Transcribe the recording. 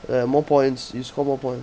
ya more points you score more point